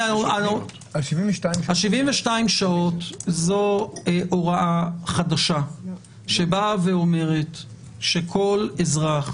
72 שעות זו הוראה חדשה שאומרת שכל אזרח